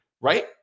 Right